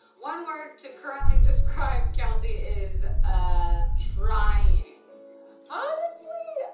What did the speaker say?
one word to currently describe kelsey is ah trying. honestly,